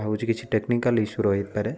ଭାବୁଛି କିଛି technical issue ରହିପାରେ